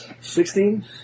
Sixteen